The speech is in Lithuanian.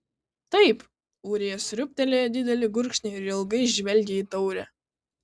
taip ūrija sriūbtelėjo didelį gurkšnį ir ilgai žvelgė į taurę